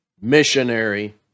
missionary